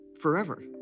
forever